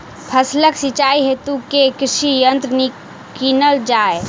फसलक सिंचाई हेतु केँ कृषि यंत्र कीनल जाए?